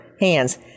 hands